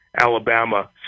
Alabama